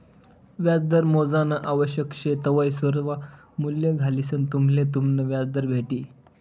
व्याजदर मोजानं आवश्यक शे तवय सर्वा मूल्ये घालिसंन तुम्हले तुमनं व्याजदर भेटी